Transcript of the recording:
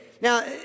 Now